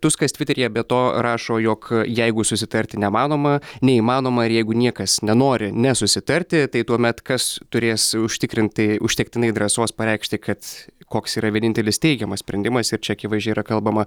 tuskas tviteryje be to rašo jog jeigu susitarti nemanoma neįmanoma ir jeigu niekas nenori nesusitarti tai tuomet kas turės užtikrintai užtektinai drąsos pareikšti kad koks yra vienintelis teigiamas sprendimas ir čia akivaizdžiai yra kalbama